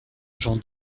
j’en